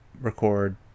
record